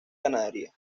ganadería